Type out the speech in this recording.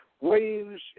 waves